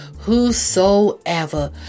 Whosoever